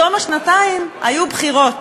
בתום השנתיים היו בחירות,